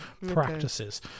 practices